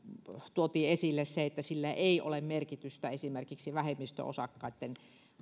tuotiin esille se että sillä ei ole merkitystä esimerkiksi vähemmistöosakkaitten